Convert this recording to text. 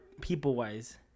people-wise